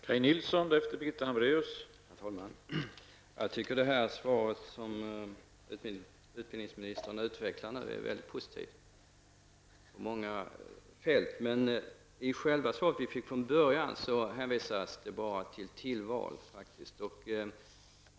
Herr talman! Jag tycker att det svar som statsrådet nu utvecklade är mycket positivt på många områden. Men i det svar som vi från början fick hänvisas det faktiskt endast till tillval.